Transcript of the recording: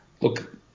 look